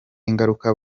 ingaruka